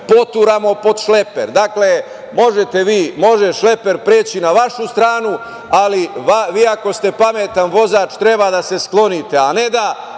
poturamo pod šleper. Dakle, može šleper preći na vašu stranu, ali vi ako ste pametan vozač, treba da se sklonite, a ne da